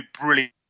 brilliant